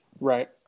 Right